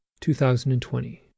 2020